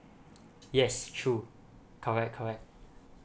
yes true correct correct